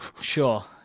Sure